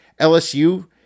LSU